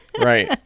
right